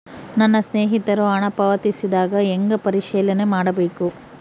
ನನ್ನ ಸ್ನೇಹಿತರು ಹಣ ಪಾವತಿಸಿದಾಗ ಹೆಂಗ ಪರಿಶೇಲನೆ ಮಾಡಬೇಕು?